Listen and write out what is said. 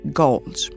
goals